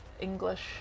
English